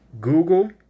Google